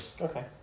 Okay